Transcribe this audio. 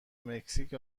مکزیک